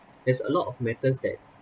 there's a lot of matters that